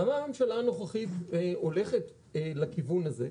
אז למה הממשלה הנוכחית הולכת לכיוון הזה?